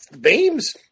Beams